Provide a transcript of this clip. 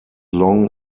long